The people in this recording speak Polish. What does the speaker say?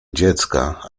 dziecka